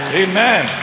amen